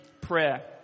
prayer